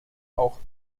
auch